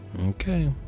Okay